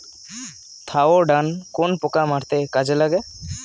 Thiodan কোন পোকা মারতে কাজে লাগে?